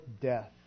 death